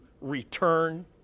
return